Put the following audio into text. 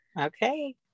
Okay